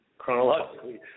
chronologically